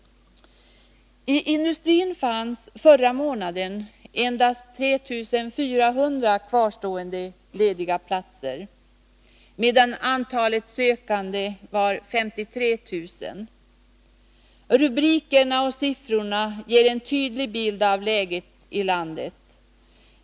I industrin fanns förra månaden endast 3 400 kvarstående lediga platser, medan antalet sökande var nästan 53 000. Rubrikerna och siffrorna ger en tydlig bild av läget i landet.